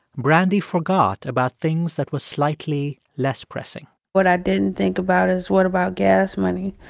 brandy forgot about things that were slightly less pressing what i didn't think about is, what about gas money?